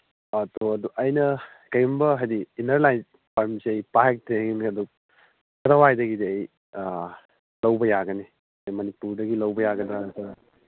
ꯑꯗꯨ ꯑꯩꯅ ꯀꯩꯒꯨꯝꯕ ꯍꯥꯏꯗꯤ ꯏꯅꯔ ꯂꯥꯏꯟ ꯄꯔꯃꯤꯠꯁꯦ ꯄꯥꯏꯔꯛꯇ꯭ꯔꯦ ꯌꯨꯝꯗꯒꯤ ꯑꯗꯨ ꯀꯗꯥꯏꯋꯥꯏꯗꯒꯤꯗꯤ ꯑꯩ ꯂꯧꯕ ꯌꯥꯒꯅꯤ ꯃꯅꯤꯄꯨꯔꯗꯒꯤ ꯂꯧꯕ ꯌꯥꯒꯗ꯭ꯔꯥ ꯅꯠꯇ꯭ꯔꯥ